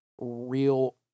Real